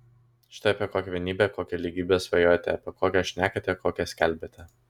štai apie kokią vienybę kokią lygybę svajojate apie kokią šnekate kokią skelbiate